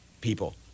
people